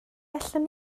allwn